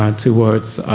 um towards,